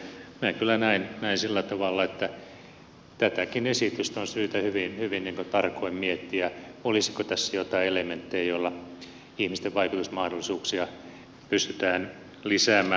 minä kyllä näen sillä tavalla että tätäkin esitystä on syytä hyvin tarkoin miettiä olisiko tässä joitain elementtejä joilla ihmisten vaikutusmahdollisuuksia pystytään lisäämään